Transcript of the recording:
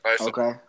Okay